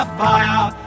fire